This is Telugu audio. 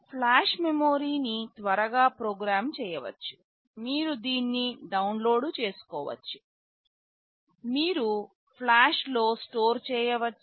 ఫ్లాష్ మెమరీని త్వరగా ప్రోగ్రామ్ చేయవచ్చు మీరు దీన్ని డౌన్లోడ్ చేసుకోవచ్చు మీరు ఫ్లాష్లో స్టోర్ చేయవచ్చు